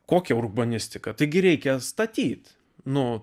kokią urbanistiką taigi reikia statyti nu